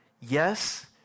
Yes